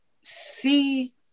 see